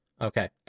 Okay